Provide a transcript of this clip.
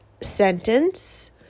sentence